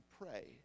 pray